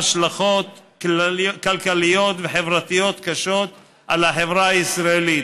מדובר בתופעה שיש לה השלכות כלכליות וחברתיות קשות על החברה הישראלית.